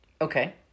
Okay